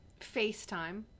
FaceTime